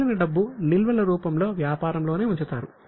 మిగిలిన డబ్బు నిల్వలు రూపంలో వ్యాపారంలోనే ఉంచుతారు